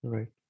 Right